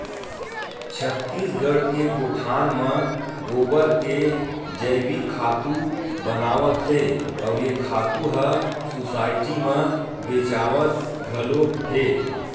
छत्तीसगढ़ के गोठान म गोबर के जइविक खातू बनावत हे अउ ए खातू ह सुसायटी म बेचावत घलोक हे